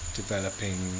developing